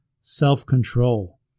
self-control